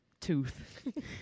Tooth